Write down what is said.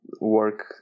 work